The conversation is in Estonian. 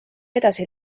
edasi